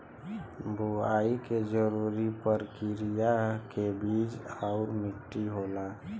बुवाई के जरूरी परकिरिया में बीज आउर मट्टी होला